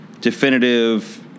definitive